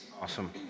Awesome